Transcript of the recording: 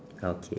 okay